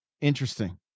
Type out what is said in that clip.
Interesting